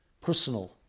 personal